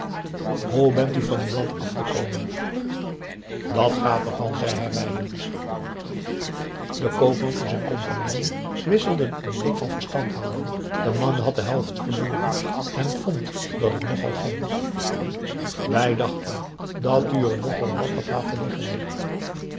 hoe bent u van uw land afgekomen dat gaat nogal zei herwijnen de koopman en zijn co wisselden een blik van verstandhouding de man had de helft verloren en vond dat het nog al ging wij dachten dat u er nogal wat had laten zitten